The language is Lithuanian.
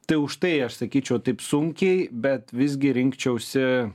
tai užtai aš sakyčiau taip sunkiai bet visgi rinkčiausi